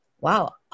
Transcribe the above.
Wow